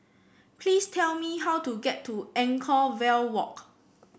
please tell me how to get to Anchorvale Walk